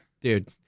dude